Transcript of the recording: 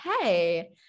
hey